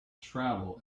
travel